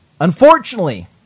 unfortunately